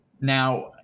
Now